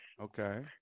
okay